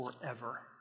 forever